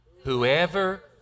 whoever